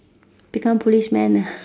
become policeman ah